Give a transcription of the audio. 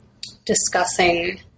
discussing